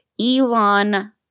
Elon